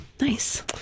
Nice